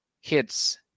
hits